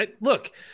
look